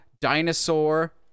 Dinosaur